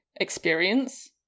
experience